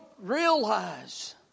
realize